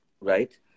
Right